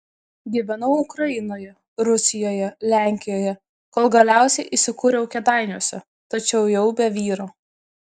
gyvenau ukrainoje rusijoje lenkijoje kol galiausiai įsikūriau kėdainiuose tačiau jau be vyro